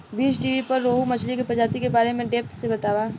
बीज़टीवी पर रोहु मछली के प्रजाति के बारे में डेप्थ से बतावता